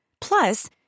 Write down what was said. Plus